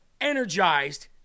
energized